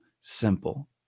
simple